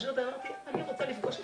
אני רוצה לפגוש אותך.